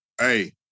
hey